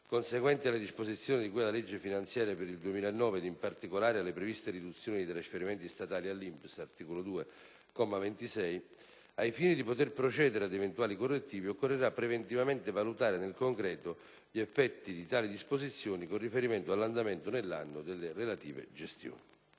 conseguenti alle disposizioni di cui alla legge finanziaria per il 2009, ed in particolare alle previste riduzioni dei trasferimenti statali all'INPS (articolo 2, comma 26), ai fini di poter procedere ad eventuali correttivi, occorrerà preventivamente valutare, nel concreto, gli effetti di tali disposizioni con riferimento all'andamento, nell'anno, delle relative gestioni.